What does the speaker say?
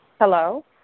Hello